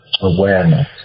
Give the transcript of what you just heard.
awareness